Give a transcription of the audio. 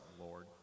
Lord